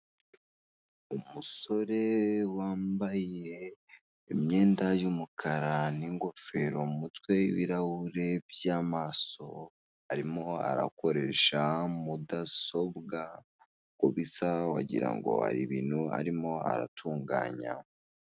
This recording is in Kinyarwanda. Umusore wambaye imyenda y'umukara n'ingofero mu mutwe ibirahure byamaso arimo arakoresha mudasobwa uko bisa wagirango hari ibintu arimo aratunganya.